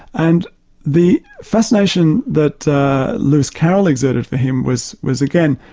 and the fascination that lewis carroll exerted for him was was again,